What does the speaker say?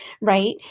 right